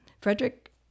frederick